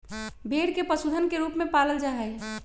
भेड़ के पशुधन के रूप में पालल जा हई